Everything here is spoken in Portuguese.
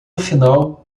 final